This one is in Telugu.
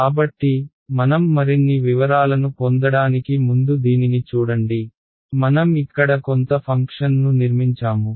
కాబట్టి మనం మరిన్ని వివరాలను పొందడానికి ముందు దీనిని చూడండి మనం ఇక్కడ కొంత ఫంక్షన్ను నిర్మించాము